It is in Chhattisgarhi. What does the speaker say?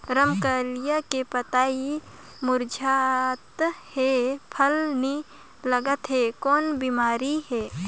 रमकलिया के पतई मुरझात हे फल नी लागत हे कौन बिमारी हे?